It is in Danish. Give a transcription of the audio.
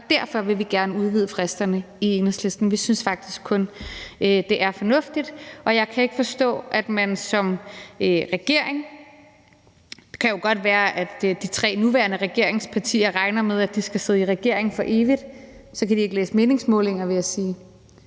derfor vil vi i Enhedslisten gerne udvide fristerne. Vi synes faktisk kun, det er fornuftigt, og jeg kan ikke forstå, at man som regering ikke vil det – det kan jo godt være, at de tre nuværende regeringspartier regner med, at de skal sidde i regering for evigt, men så kan de ikke læse meningsmålinger, vil jeg sige